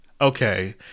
Okay